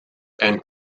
and